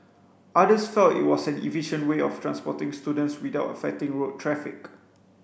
others felt it was an efficient way of transporting students without affecting road traffic